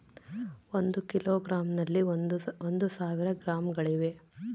ಒಂದು ಕಿಲೋಗ್ರಾಂ ನಲ್ಲಿ ಒಂದು ಸಾವಿರ ಗ್ರಾಂಗಳಿವೆ